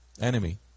enemy